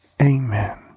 amen